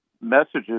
messages